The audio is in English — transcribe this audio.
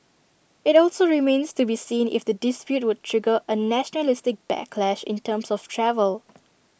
IT also remains to be seen if the dispute would trigger A nationalistic backlash in terms of travel